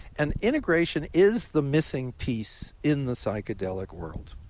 and integration is the missing piece in the psychedelic world,